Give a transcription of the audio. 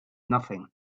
nothing